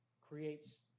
creates